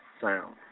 sound